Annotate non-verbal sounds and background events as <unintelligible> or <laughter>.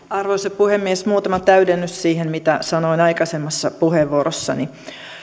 <unintelligible> arvoisa puhemies muutama täydennys siihen mitä sanoin aikaisemmassa puheenvuorossani